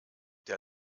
der